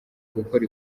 gukora